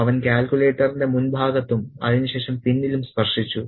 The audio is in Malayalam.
അവൻ കാൽക്കുലേറ്ററിന്റെ മുൻഭാഗത്തും അതിനുശേഷം പിന്നിലും സ്പർശിച്ചു